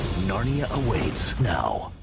narnia awaits. now.